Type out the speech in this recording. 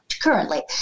currently